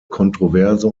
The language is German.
kontroverse